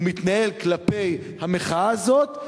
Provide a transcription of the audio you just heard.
הוא מתנהל כלפי המחאה הזאת,